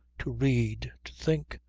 to read, to think,